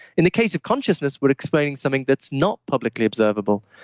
in the case of consciousness, we're explaining something that's not publicly observable.